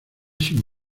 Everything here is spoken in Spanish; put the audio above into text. sin